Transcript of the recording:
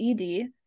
ed